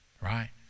Right